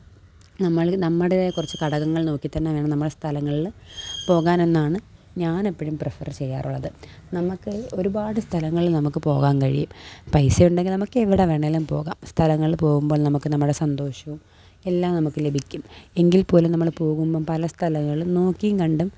നമ്മൾ നമ്മുടെ കുറച്ച് ഘടകങ്ങൾ നോക്കി തന്നെ വേണം നമ്മുടെ സ്ഥലങ്ങളിൽ പോകാനെന്നാണ് ഞാനെപ്പോഴും പ്രിഫറ് ചെയ്യാറുള്ളത് നമുക്ക് ഒരുപാട് സ്ഥലങ്ങളിൽ നമുക്ക് പോകാൻ കഴിയും പൈസയുണ്ടങ്കിൽ നമുക്കെവിടെ വേണമെങ്കിലും പോകാം സ്ഥലങ്ങളിൽ പോകുമ്പോൾ നമുക്ക് നമ്മുടെ സന്തോഷവും എല്ലാം നമുക്ക് ലഭിക്കും എങ്കിൽപ്പോലും നമ്മൾ പോകുമ്പം പല സ്ഥലങ്ങളും നോക്കിയും കണ്ടും